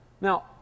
Now